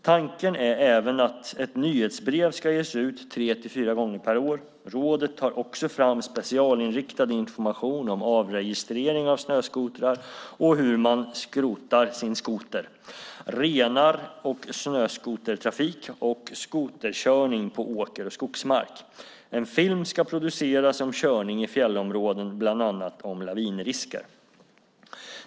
Tanken är även att ett nyhetsbrev ska ges ut tre till fyra gånger per år. Rådet tar också fram specialinriktad information om avregistrering av snöskotrar och hur man skrotar sin skoter, "Renar och snöskotertrafik" och "Skoterkörning på åker och skogsmark". En film ska produceras om körning i fjällområden, bland annat om lavinrisker.